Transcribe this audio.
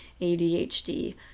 adhd